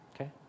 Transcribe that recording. okay